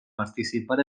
participar